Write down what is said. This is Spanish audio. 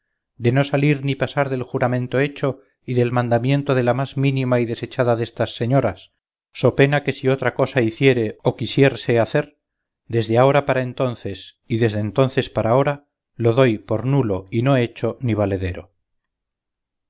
de no salir ni pasar del juramento hecho y del mandamiento de la más mínima y desechada destas señoras so pena que si otra cosa hiciere o quisierse hacer desde ahora para entonces y desde entonces para ahora lo doy por nulo y no hecho ni valedero